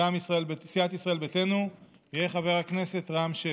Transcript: מטעם סיעת ישראל ביתנו יהיה חבר הכנסת רם שפע.